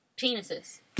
Penises